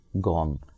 gone